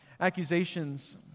accusations